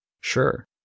Sure